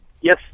Yes